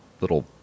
little